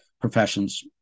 professions